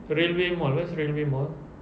railway mall where's railway mall